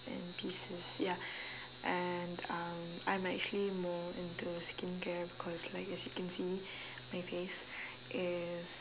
and pieces ya and um I'm actually more into skincare because like as you can see my face is